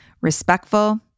respectful